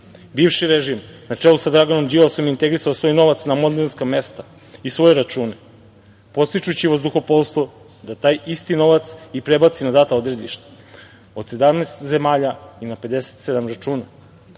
režim, na čelu sa Draganom Đilasom je integrisao svoj novac na mondenska mesta i svoje račune podstičući vazduhoplovstvo da taj isti novac i prebaci na data odredišta od 17 zemalja i na 57 računa.